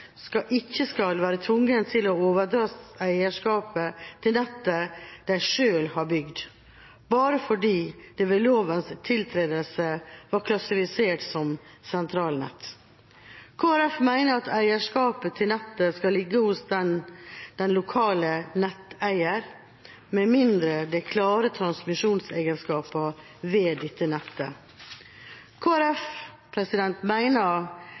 skal være tvunget til å overdra eierskapet til nettet de selv har bygd, bare fordi det ved lovens tiltredelse var klassifisert som sentralnett. Kristelig Folkeparti mener at eierskapet til nettet skal ligge hos den lokale netteier, med mindre det er klare transmisjonsegenskaper ved dette nettet.